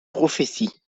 prophétie